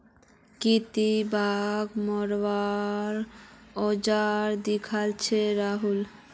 की ती बाघ मरवार औजार दखिल छि राहुल